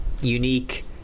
unique –